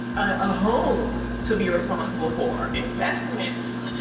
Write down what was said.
a home to be responsible for, investments,